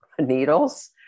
needles